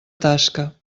tasca